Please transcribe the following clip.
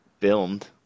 filmed